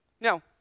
Now